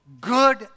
good